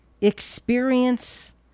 experience